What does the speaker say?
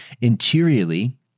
Interiorly